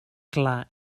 clar